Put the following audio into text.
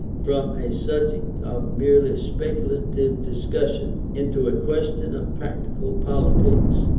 from a subject of merely speculative discussion, into a question of practical politics,